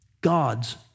God's